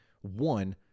one